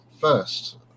first